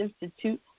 Institute